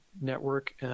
network